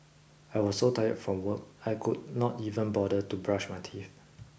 I was so tired from work I could not even bother to brush my teeth